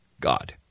God